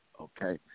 okay